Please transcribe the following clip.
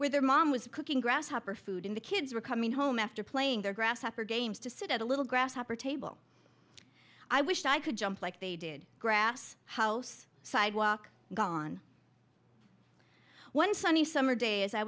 where their mom was cooking grasshopper food in the kids were coming home after playing their grasshopper games to sit at a little grasshopper table i wish i could jump like they did grass house sidewalk gone one sunny summer day as i